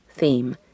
theme